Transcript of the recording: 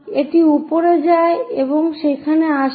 এটি উপরে যায় এবং সেখানে আসে